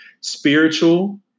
Spiritual